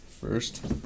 first